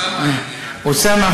גם אוסאמה הגיע.